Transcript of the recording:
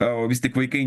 au vis tik vaikai